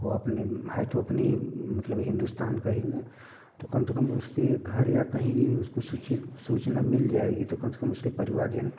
वो अपने है तो अपने ही मतलब हिंदुस्तान का ही ना तो कम से कम उसके घर या कहीं भी उसको सूचित सूचना मिल जाएगी तो कम से कम उसके परिवार जन